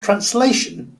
translation